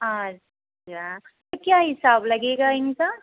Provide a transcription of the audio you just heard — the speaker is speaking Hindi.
अच्छा तो क्या हिसाब लगेगा इनका